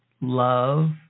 love